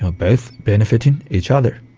ah both benefiting each other.